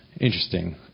interesting